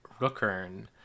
Rookern